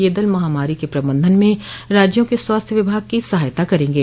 ये दल महामारी के प्रबंधन में राज्यों के स्वास्थ्य विभाग की सहायता करेंगे